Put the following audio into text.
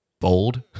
Bold